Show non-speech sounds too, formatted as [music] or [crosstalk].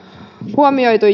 huomioitu [unintelligible]